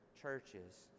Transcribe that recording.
churches